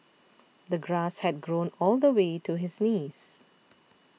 the grass had grown all the way to his knees